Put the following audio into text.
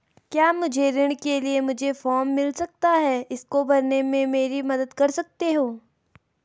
क्या मुझे ऋण के लिए मुझे फार्म मिल सकता है इसको भरने में मेरी मदद कर सकते हो?